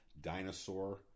dinosaur